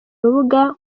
rubuga